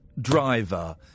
driver